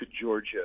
Georgia